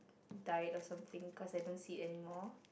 died or something cause I don't see anymore